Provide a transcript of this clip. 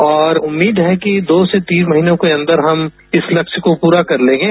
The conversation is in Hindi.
और उम्मीद है कि दो से तीन महीनों के अंदर हम इस लक्ष्य को पूरा कर लेंगे